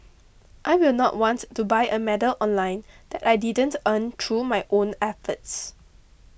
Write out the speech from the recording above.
I will not want to buy a medal online that I didn't earn through my own efforts